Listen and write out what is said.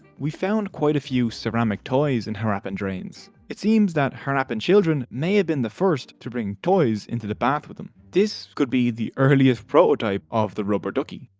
we've found quite a few ceramic toys in harappan drains. it seems that harappan children may have been the first to bring toys into the bath with them. this could be the earliest prototype of the rubber ducky.